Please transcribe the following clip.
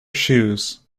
shoes